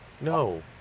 no